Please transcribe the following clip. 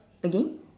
again